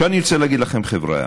אני רוצה להגיד לכם, חבריא,